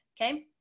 Okay